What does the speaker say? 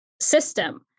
system